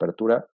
Apertura